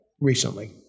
recently